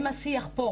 אם השיח פה,